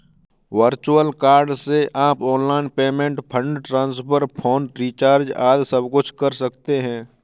virtual card से आप online payment, fund transfer, phone recharge आदि सबकुछ कर सकते हैं